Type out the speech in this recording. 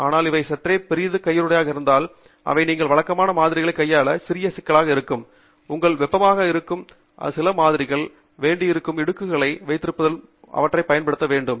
எனவே இவை சற்றே பெரிய கையுறைகளாக இருக்கின்றன இவை நீங்கள் வழக்கமான மாதிரிகளை கையாள ஒரு சிறிய சிக்கலானவையாக இருந்தால் உங்களுக்கு வெப்பமாக இருக்கும் அல்லது சில மாதிரியாக இருக்க வேண்டியிருக்கும் இடுப்புகளை வைத்திருப்பீர்கள் என்றால் அவற்றைப் பயன்படுத்த வேண்டும்